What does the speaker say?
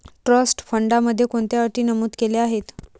Trust फंडामध्ये कोणत्या अटी नमूद केल्या आहेत?